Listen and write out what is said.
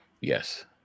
yes